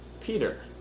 Peter